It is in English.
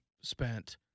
spent